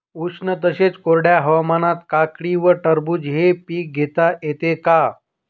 उष्ण तसेच कोरड्या हवामानात काकडी व टरबूज हे पीक घेता येते का?